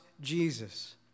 Jesus